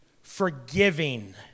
forgiving